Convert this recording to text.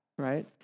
right